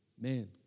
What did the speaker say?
Man